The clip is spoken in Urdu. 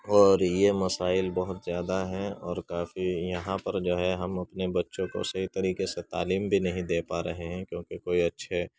اور یہ مسائل بہت زیادہ ہیں اور کافی یہاں پر جو ہے ہم اپنے بچوں کو صحیح طریقے سے تعلیم بھی نہیں دے پا رہے ہیں کیونکہ کوئی اچھے